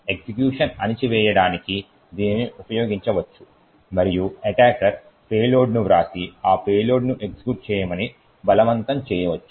execution అణచివేయడానికి దీనిని ఉపయోగించవచ్చు మరియు ఎటాకర్ పేలోడ్ను వ్రాసి ఆ పేలోడ్ను ఎగ్జిక్యూట్ చేయమని బలవంతం చేయవచ్చు